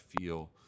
feel